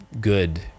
good